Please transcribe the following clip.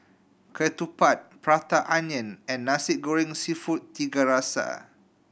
ketupat Prata Onion and Nasi Goreng Seafood Tiga Rasa